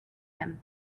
him